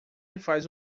faz